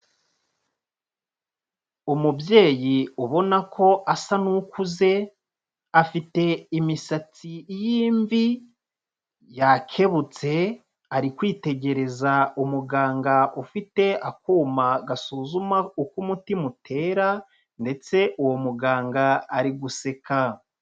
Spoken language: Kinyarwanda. Umubyeyi ubona ko asa n'ukuze, afite imisatsi y'imvi, yakebutse, ari kwitegereza umuganga ufite akuma gasuzuma uko umutima utera ndetse uwo muganga ari guseka.